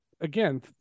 again